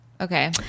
Okay